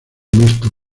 mixto